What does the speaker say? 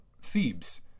Thebes